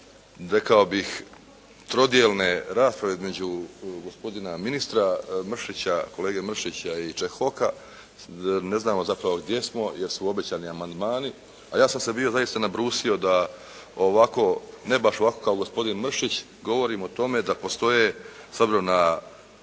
rekao bih trodijelne rasprave između gospodina ministra, kolege Mršića i Čehoka ne znamo zapravo gdje smo jer su obećani amandmani, a ja sam se bio zaista nabrusio da ovako, ne baš ovako kao gospodin Mršić govorim o tome da postoje, s